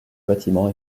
bâtiment